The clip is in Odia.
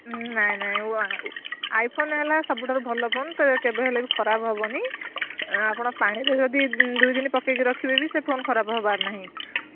ନାହିଁ ନାହିଁ ଆଇଫୋନ୍ ହେଲା ସବୁଠାରୁ ଭଲ ଫୋନ୍ ସେ କେବେ ହେଲେବି ଖରାପ ହେବନି ଆପଣ ପାଣିରେ ଯଦି ଦୁଇଦିନ ପକାଇକି ରଖିବେ ବି ସେ ଫୋନ୍ ଖରାପ ହେବାର ନାହିଁ